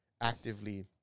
actively